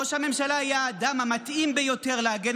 ראש הממשלה היה האדם המתאים ביותר להגן